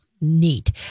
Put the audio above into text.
neat